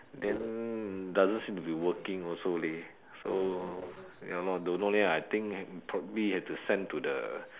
then doesn't seem to be working also leh so ya lor don't know leh I think probably have to send to the